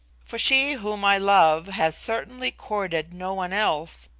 for she whom i love has certainly courted no one else,